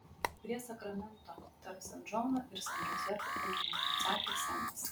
prie sakramento tarp san džono ir san džozefo kalnų atsakė semas